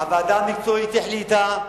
הוועדה המקצועית החליטה,